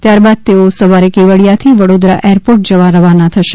ત્યારબાદ તેઓ સવારે કેવડીયાથી વડોદરા એરપોર્ટ જવા રવાના થશે